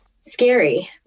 scary